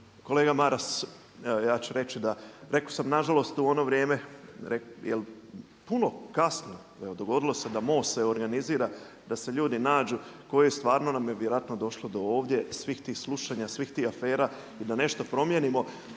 Kolega Maras evo ja ću reći, rekao sam nažalost u ono vrijeme, puno kasno, evo dogodilo se da MOST se organizira, da se ljudi nađu koji stvarno nam je vjerojatno došlo do ovdje svih tih slušanja, svih tih afera i da nešto promijenimo.